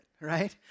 Right